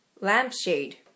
Lampshade